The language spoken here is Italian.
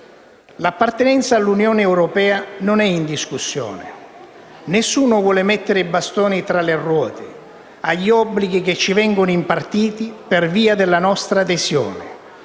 L'appartenenza all'Unione europea non è in discussione, nessuno vuole mettere i bastoni tra le ruote agli obblighi che ci vengono impartiti per via della nostra adesione;